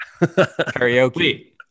karaoke